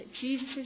Jesus